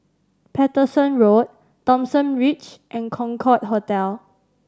Paterson Road Thomson Ridge and Concorde Hotel